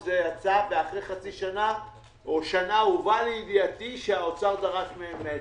ואחרי חצי שנה או שנה הובא לידיעתי שהאוצר דרש מהם מאצ'ינג.